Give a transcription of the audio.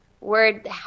Word